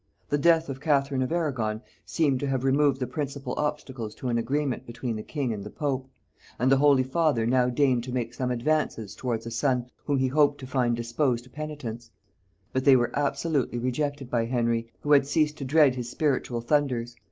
the death of catherine of arragon seemed to have removed the principal obstacles to an agreement between the king and the pope and the holy father now deigned to make some advances towards a son whom he hoped to find disposed to penitence but they were absolutely rejected by henry, who had ceased to dread his spiritual thunders.